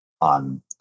on